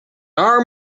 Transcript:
our